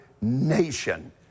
nation